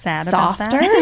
softer